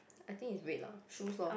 I think it's red lah shoes lor